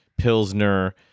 Pilsner